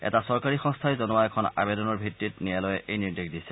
এটা বেচৰকাৰী সংস্থাই জনোৱা এখন আবেদনৰ ভিত্তিত ন্যায়ালয়ে এই নিৰ্দেশ দিছে